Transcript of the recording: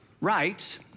Rights